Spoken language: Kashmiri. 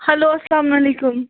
ہیٚلو اسلامُ علیکُم